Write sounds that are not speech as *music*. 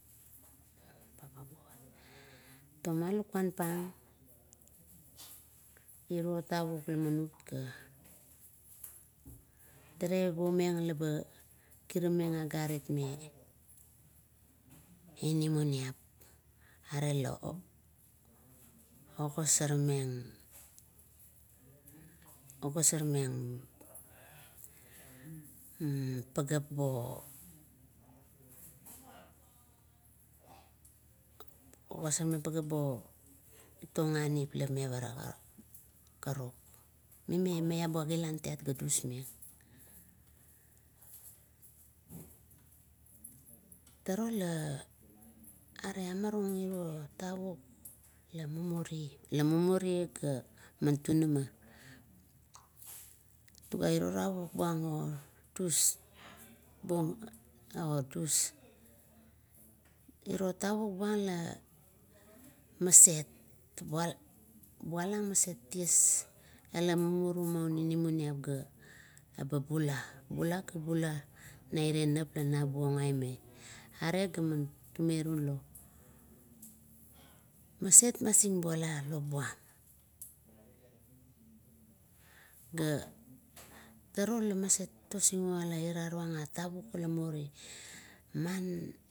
*hesitation* toma lukuan pang iro tauk laman utka tale puomeng leba kirameng agarit noi, inaaniap ara, ogosormeng, ogosormeng *hesitation* pageap bo, ogosormeng pageap bo toganip la mevara, pa karuk, mume maiabua gilan ga dusmeng. Turu la amarung iro tavuk la mumuri, la muuri gaman tunama. Tuga iro tavuk buong odus buong, agat dus, iro tacuk buang la maset, bua bualang maset ties ula mumuru me inamaniap gabula. Bula ga bula naire nap la nabung aime. Are ga tume rulo, maset masingbuala lop buam, ga turu la maset tosinguala ira rung a tavuk ila muri, maen